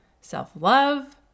self-love